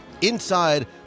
inside